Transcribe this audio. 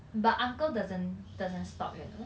but uncle doesn't doesn't stop you know